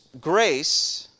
grace